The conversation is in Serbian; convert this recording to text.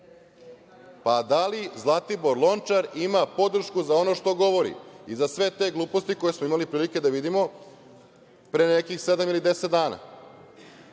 itd. Da li Zlatibor Lončar ima podršku za ono što govori i za sve te gluposti koje smo imali prilike da vidimo pre nekih sedam